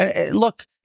Look